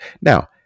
Now